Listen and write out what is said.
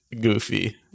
goofy